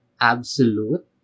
absolute